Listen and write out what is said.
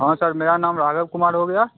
हाँ सर मेरा नाम राघव कुमार हो गया